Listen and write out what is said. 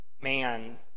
man